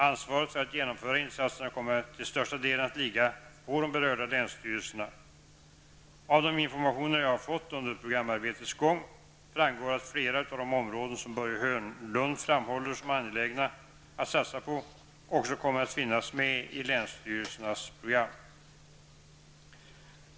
Ansvaret för att genomföra insatserna kommer till största delen att ligga på de berörda länsstyrelserna. Av de informationer jag har fått under programarbetets gång, framgår att flera av de områden som Börje Hörnlund framhåller som angelägna att satsa på också kommer att finnas med i länsstyrelsernas program.